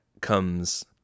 comes